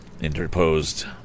interposed